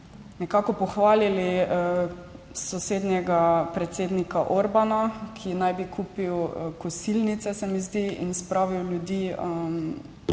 nekako pohvalili sosednjega predsednika Orbana, ki naj bi kupil kosilnice, se mi zdi, in spravil ljudi